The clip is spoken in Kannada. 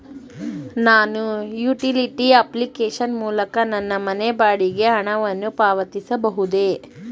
ನಾನು ಯುಟಿಲಿಟಿ ಅಪ್ಲಿಕೇಶನ್ ಮೂಲಕ ನನ್ನ ಮನೆ ಬಾಡಿಗೆ ಹಣವನ್ನು ಪಾವತಿಸಬಹುದೇ?